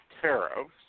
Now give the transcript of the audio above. tariffs